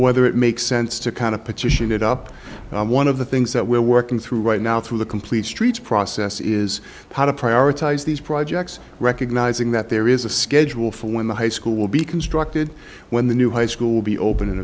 whether it makes sense to kind of petition it up one of the things that we're working through right now through the complete streets process is how to prioritize these projects recognizing that there is a schedule for when the high school will be constructed when the new high school will be open an